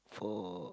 for